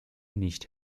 nicht